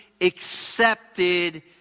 accepted